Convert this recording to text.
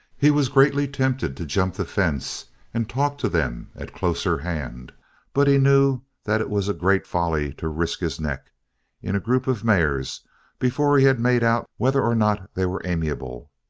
he was greatly tempted to jump the fence and talk to them at closer hand but he knew that it was great folly to risk his neck in a group of mares before he had made out whether or not they were amiable.